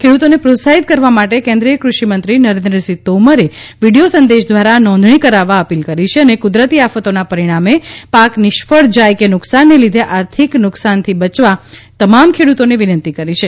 ખેડુતોને પ્રોત્સાહિત કરવા માટે કેન્દ્રીય કૃષિ મંત્રી નરેન્દ્રસિંહ તોમરે વિડીયો સંદેશ દ્વારા નોંધણી કરાવવા અપીલ કરી છે અને કુદરતી આ ફતોના પરિણામે પાક નિષ્ફળ જાય કે નુકસાનને લીધે આર્થિક નુકસાનથી બચવા તમામ ખેડુતોને વિનંતી કરી છે